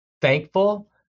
thankful